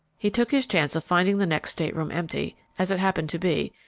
he took his chance of finding the next stateroom empty, as it happened to be,